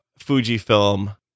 Fujifilm